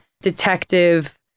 detective